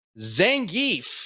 Zangief